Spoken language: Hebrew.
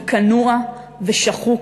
וכנוע, ושחוק,